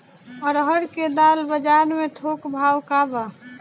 अरहर क दाल बजार में थोक भाव का बा?